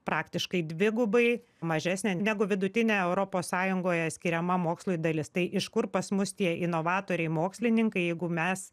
praktiškai dvigubai mažesnė negu vidutinė europos sąjungoje skiriama mokslui dalis tai iš kur pas mus tie inovatoriai mokslininkai jeigu mes